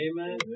Amen